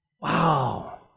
Wow